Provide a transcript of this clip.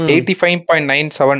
85.97